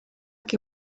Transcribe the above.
que